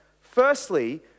Firstly